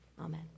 Amen